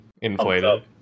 Inflated